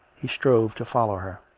he strove to follow her.